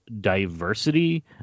diversity